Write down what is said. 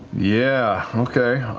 yeah, okay.